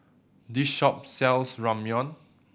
this shop sells Ramyeon